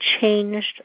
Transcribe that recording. changed